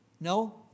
No